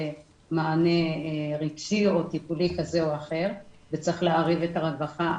מענה רגשי או טיפולי כזה או אחר וצריך לערב את הרווחה,